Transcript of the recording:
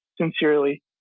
sincerely